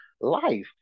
life